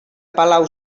palau